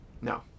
no